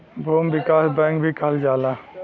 भूमि विकास बैंक भी कहल जाला